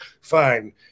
fine